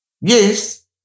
Yes